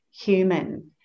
human